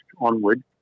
onward